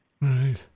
Right